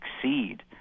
succeed